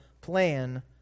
plan